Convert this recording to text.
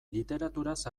literaturaz